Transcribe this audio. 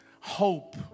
hope